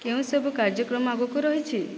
କେଉଁସବୁ କାର୍ଯ୍ୟକ୍ରମ ଆଗକୁ ରହିଛି